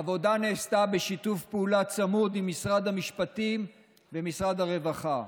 העבודה נעשתה בשיתוף פעולה צמוד עם משרד המשפטים ומשרד הרווחה,